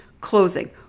closing